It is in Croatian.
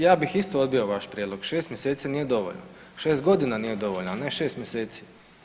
Ja bi isto odbio vaš prijedlog, 6 mjeseci nije dovoljno, 6 godina nije dovoljno, a ne 6 mjeseci.